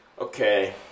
Okay